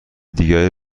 دیگری